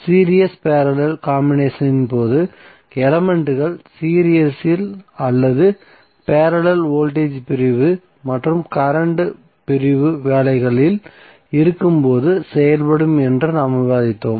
series parallel காம்பினேஷனின் போது எலமென்ட்கள் சீரிஸ் இல் அல்லது பேரலல் வோல்டேஜ் பிரிவு மற்றும் கரண்ட் பிரிவு வேலைகளில் இருக்கும் போது செயல்படும் என்று நாம் விவாதித்தோம்